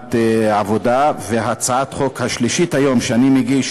כתאונת עבודה, והצעת החוק השלישית היום, שאני מגיש